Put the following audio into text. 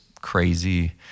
crazy